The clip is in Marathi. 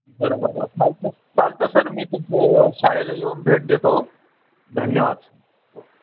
बरं बरं चालतं चालतं सर मी तुमच्या शाळेला येऊन भेट देतो धन्यवाद सर हो